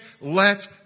let